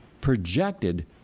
projected